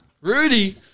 Rudy